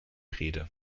rede